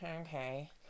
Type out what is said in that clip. okay